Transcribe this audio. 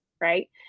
right